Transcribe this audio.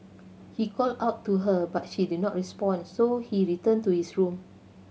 he called out to her but she did not respond so he returned to his room